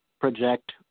project